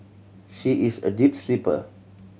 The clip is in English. she is a deep sleeper